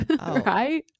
right